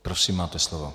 Prosím, máte slovo.